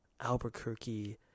Albuquerque